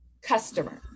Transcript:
customer